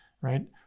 right